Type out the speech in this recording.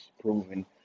proven